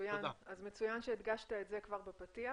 מצוין שהדגשת את זה כבר בפתיח,